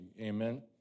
amen